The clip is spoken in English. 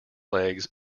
legs